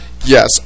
Yes